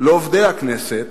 לעובדי הכנסת,